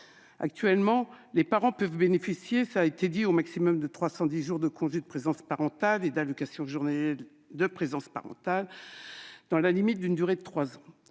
été rappelé, les parents peuvent bénéficier au maximum de 310 jours de congé de présence parentale et d'allocations journalières de présence parentale, dans la limite d'une durée de trois